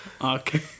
okay